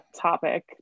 topic